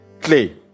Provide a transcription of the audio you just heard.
clay